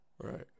right